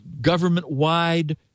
government-wide